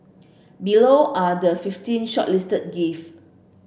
below are the fifteen shortlisted gift